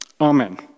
Amen